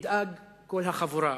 תדאג כל החבורה.